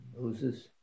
Moses